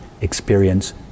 experience